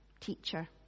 teacher